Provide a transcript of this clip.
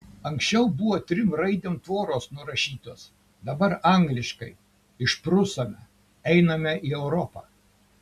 anksčiau buvo trim raidėm tvoros nurašytos dabar angliškai išprusome einame į europą